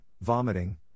vomiting